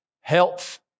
Health